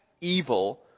evil